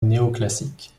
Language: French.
néoclassique